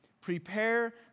prepare